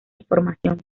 información